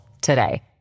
today